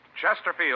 Chesterfield